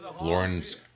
Lauren's